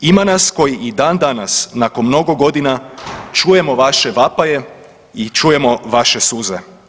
Ima nas koji i dan-danas, nakon mnogo godina čujemo vaše vapaje i čujemo vaše suze.